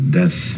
death